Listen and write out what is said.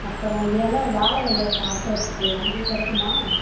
அப்புறம் இல வாழை இல சாப்பிட்றத்துக்கு அங்கேயே கிடைக்குமா